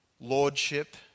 lordship